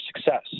success